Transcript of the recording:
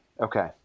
Okay